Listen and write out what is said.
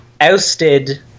ousted